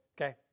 okay